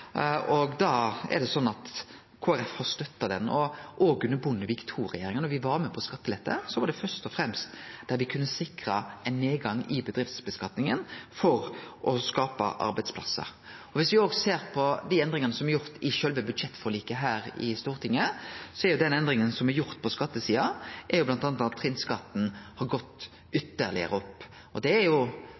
og da er det sånn at Kristeleg Folkeparti har støtta han. Òg når me under Bondevik II-regjeringa var med på skattelette, var det først og fremst der me kunne sikre ein nedgang i bedriftsskattlegginga for å skape arbeidsplassar. Viss me òg ser på dei endringane som er gjorde i sjølve budsjettforliket her i Stortinget, er den endringa som er gjord på skattesida bl.a. at trinnskatten har gått ytterlegare opp. Det er dei som har ei inntekt på over 1 mill. kr som blir ramma av den aukinga, og det